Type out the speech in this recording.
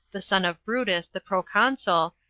the son of brutus, the proconsul,